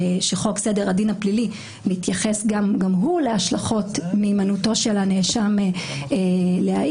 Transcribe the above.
שחוק סדר הדין הפלילי מתייחס גם הוא להשלכות להימנעותו של הנאשם להעיד